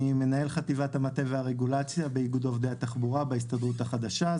מנהל חטיבת מטה ורגולציה באיגוד עובדי התחבורה בהסתדרות החדשה.